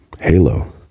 halo